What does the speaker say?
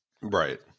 Right